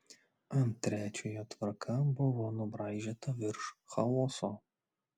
ant trečiojo tvarka buvo nubraižyta virš chaoso